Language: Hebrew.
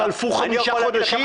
וחלפו חמישה חודשים.